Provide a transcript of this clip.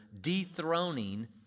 dethroning